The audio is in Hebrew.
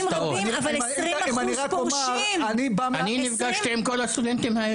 אני נפגשתי עם כל הסטודנטים האלה.